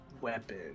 weapon